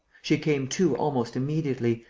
she came to almost immediately,